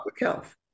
health